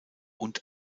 und